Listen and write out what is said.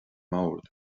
mbord